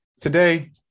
today